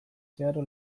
zeharo